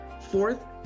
Fourth